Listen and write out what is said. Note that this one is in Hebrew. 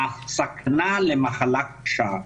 הסכנה למחלה קשה.